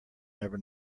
never